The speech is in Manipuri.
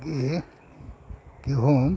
ꯑꯗꯒꯤ ꯀꯤꯍꯣꯝ